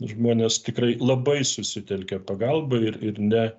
žmonės tikrai labai susitelkė pagalbai ir ir ne